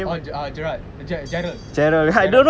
oh gerald jarrel jarrel